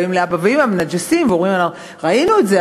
באים לאבא ואימא ומנג'סים ואומרים: ראינו את זה,